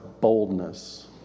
boldness